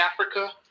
Africa